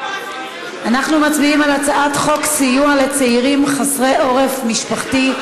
אנחנו מצביעים על הצעת חוק סיוע לצעירים חסרי עורף משפחתי,